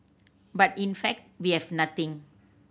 but in fact we have nothing